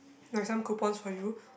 like some coupons for you